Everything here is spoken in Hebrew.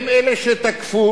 הם אלה שתקפו,